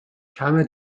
کمه